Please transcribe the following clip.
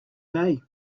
day